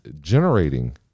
generating